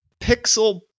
Pixel